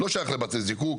לא שייכת לבתי הזיקוק,